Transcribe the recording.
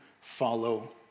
follow